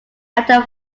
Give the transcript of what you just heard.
after